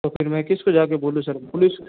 तो फिर मैं किसको जाके बोलूँ सर पुलिस